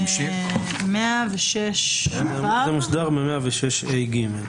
זה מוסדר ב-106ה(ג).